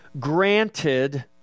granted